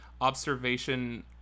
observation